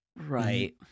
right